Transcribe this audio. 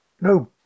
no